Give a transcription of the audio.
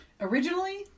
Originally